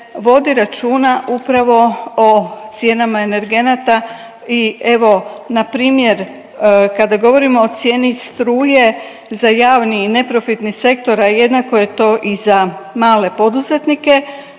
vodi računa upravo o cijenama energenata i evo npr. kada govorimo o cijeni struje za javni i neprofitni sektor, a jednako je to i za male poduzetnike